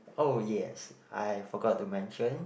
oh yes I forgot to mention